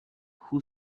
who